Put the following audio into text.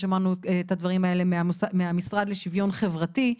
ושמענו את הדברים האלה מהמשרד לשיווין חברתי.